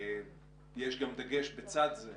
יש גם דגש בצד זה,